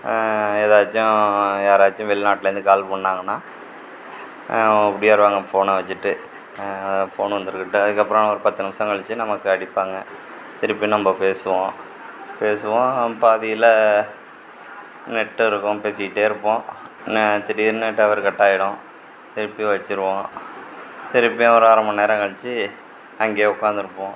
எதாச்சும் யாராச்சும் வெளிநாட்டுலருந்து கால் பண்ணாங்கன்னால் ஒடியாருவாங்க ஃபோன் வச்சிட்டு ஃபோன் வந்திருக்குன்ட்டு அதுக்கப்புறம் ஒரு பத்து நிமிடம் கழித்து நமக்கு அடிப்பாங்க திருப்பி நம்ம பேசுவோம் பேசுவோம் பாதியில் நெட்டு இருக்கும் பேசிகிட்டே இருப்போம் என்ன திடீர்னு டவர் கட்டாயிடும் திருப்பி வச்சிருவோம் திருப்பியும் ஒரு அரை மணிநேரம் கழித்து அங்கேயே உக்காந்துருப்போம்